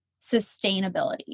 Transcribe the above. sustainability